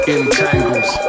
Entangles